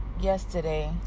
yesterday